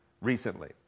recently